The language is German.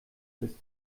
ist